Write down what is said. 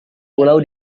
pulau